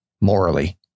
morally